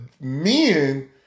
men